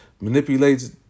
manipulates